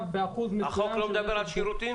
באחוז מסוים -- החוק לא מדבר על שירותים?